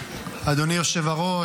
--- אדוני היושב-ראש,